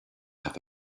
have